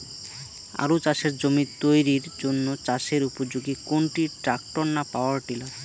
আলু চাষের জমি তৈরির জন্য চাষের উপযোগী কোনটি ট্রাক্টর না পাওয়ার টিলার?